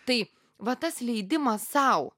tai vat tas leidimas sau